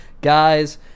Guys